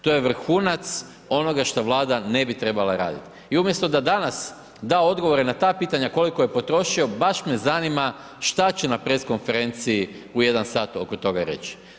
To je vrhunac onoga šta Vlada ne bi trebala raditi i umjesto da danas da odgovore na ta pitanja koliko je potrošio, baš me zanima šta će na press konferenciji u 1 sat oko toga reći.